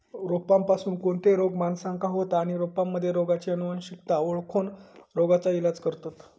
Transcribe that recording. रोपांपासून कोणते रोग माणसाका होतं आणि रोपांमध्ये रोगाची अनुवंशिकता ओळखोन रोगाचा इलाज करतत